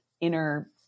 inner